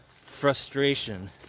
frustration